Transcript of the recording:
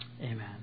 Amen